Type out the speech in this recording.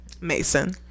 Mason